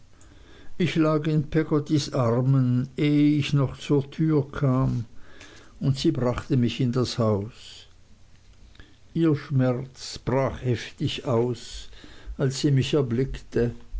ich lag in peggottys armen ehe ich noch zur tür kam und sie brachte mich in das haus ihr schmerz brach heftig aus als sie mich erblickte